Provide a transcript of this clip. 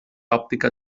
òptica